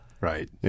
Right